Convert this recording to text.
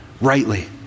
rightly